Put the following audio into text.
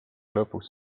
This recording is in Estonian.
lõpuks